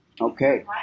Okay